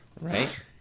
right